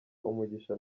umugisha